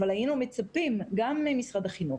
אבל היינו מצפים גם ממשרד החינוך,